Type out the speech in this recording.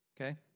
okay